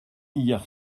hier